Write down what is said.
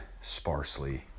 sparsely